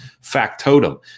factotum